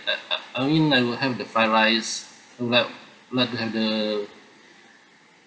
uh uh I mean I will have the fried rice I'd like like to have the